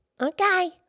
Okay